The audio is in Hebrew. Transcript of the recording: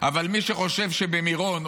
אבל מי שחושב שבמירון,